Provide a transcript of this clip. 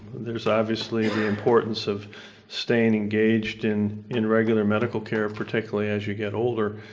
there's obviously the importance of staying engaged in in regular medical care, particularly as you get older,